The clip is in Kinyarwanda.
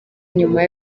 nyuma